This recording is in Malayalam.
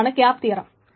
ഇതാണ് ക്യാപ് തിയറം